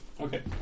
Okay